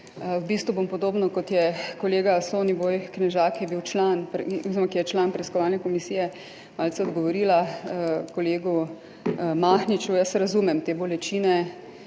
V bistvu bom podobno, kot je kolega Soniboj Knežak, ki je član preiskovalne komisije, malce odgovorila kolegu Mahniču. Jaz razumem te bolečine,